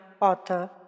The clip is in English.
author